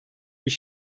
bir